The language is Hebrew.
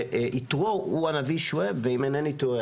יתרו הוא הנביא שועייב ואם אינני טועה,